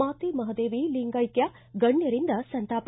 ಮಾತೆ ಮಹಾದೇವಿ ಲಿಂಗೈಕ್ಯ ಗಣ್ಯರಿಂದ ಸಂತಾಪ